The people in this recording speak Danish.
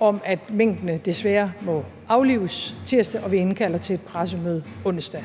om, at minkene desværre må aflives, tirsdag, og vi indkalder til et pressemøde onsdag.